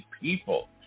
people